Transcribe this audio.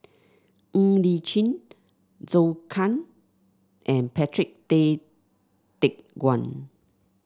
Ng Li Chin Zhou Can and Patrick Tay Teck Guan